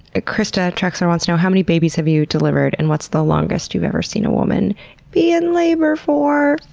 ah christa trexler wants to know how many babies have you delivered, and what's the longest you've ever seen a woman be in labor for?